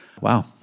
Wow